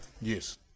Yes